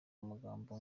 amagambo